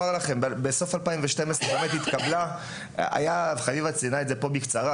בסוף 2022 חביבה ציינה את זה פה, בקצרה